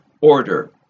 order